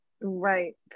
Right